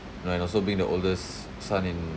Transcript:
and like also being the oldest son in